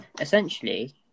essentially